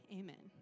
amen